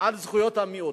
על זכויות המיעוט.